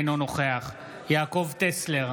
אינו נוכח יעקב טסלר,